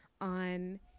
on